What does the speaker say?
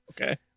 Okay